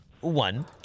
one